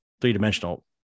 three-dimensional